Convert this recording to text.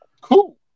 Cool